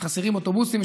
חסרים אוטובוסים,